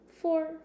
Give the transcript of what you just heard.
four